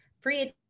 Free